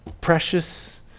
Precious